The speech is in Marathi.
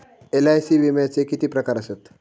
एल.आय.सी विम्याचे किती प्रकार आसत?